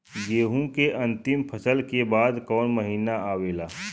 गेहूँ के अंतिम फसल के बाद कवन महीना आवेला?